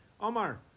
Omar